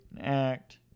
act